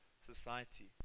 society